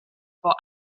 for